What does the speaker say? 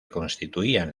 constituían